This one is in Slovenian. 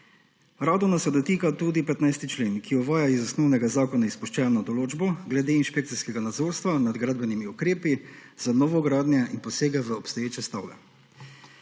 Radona se dotika tudi 15. člen, ki uvaja iz osnovnega zakona izpuščeno določbo glede inšpekcijskega nadzorstva nad gradbenimi ukrepi za novogradnje in posege v obstoječe stavbe.